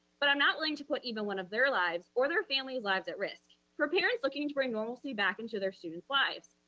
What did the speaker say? but i'm not willing to put even one of their lives or their family's lives at risk for parents looking to bring normalcy back into their students' lives.